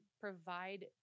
provide